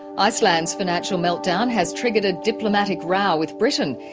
iceland's financial meltdown has triggered a diplomatic row with britain.